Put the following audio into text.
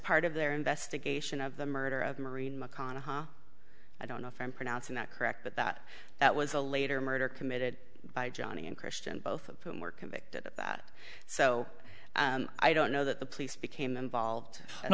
part of their investigation of the murder of the marine mcconnell i don't know if i'm pronouncing that correct but that that was a later murder committed by johnny and christian both of whom were convicted of that so i don't know that the police became involved and